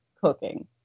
cooking